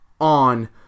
on